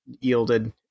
yielded